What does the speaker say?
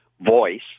voice